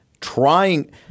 trying